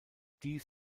dies